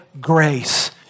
grace